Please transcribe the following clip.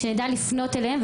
שנדע לפנות אליהם,